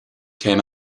came